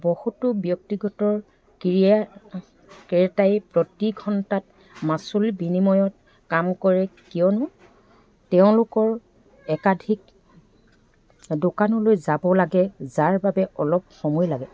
বহুতো ব্যক্তিগত ক্ৰিয়াই ক্ৰেতাই প্ৰতি ঘণ্টাত মাচুল বিনিময়ত কাম কৰে কিয়নো তেওঁলোকৰ একাধিক দোকানলৈ যাব লাগে যাৰ বাবে অলপ সময় লাগে